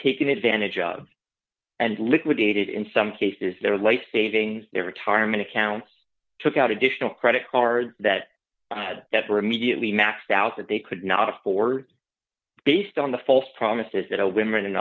taken advantage of and liquidated in some cases their life savings their retirement accounts took out additional credit cards that were immediately maxed out that they could not afford based on the false promises that a women and